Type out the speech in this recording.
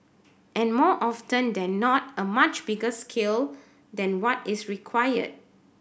and more often than not a much bigger scale than what is required